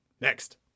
Next